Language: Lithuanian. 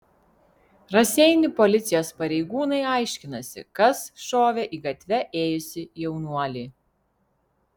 raseinių policijos pareigūnai aiškinasi kas šovė į gatve ėjusį jaunuolį